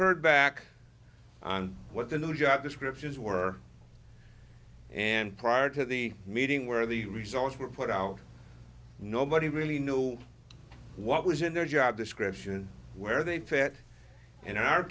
heard back on what the new job descriptions were and prior to the meeting where the results were put out nobody really knew what was in their job description where they fit and in our